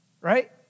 right